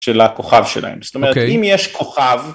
של הכוכב שלהם, זאת אומרת אם יש כוכב.